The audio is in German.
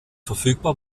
verfügbar